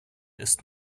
ist